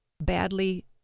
badly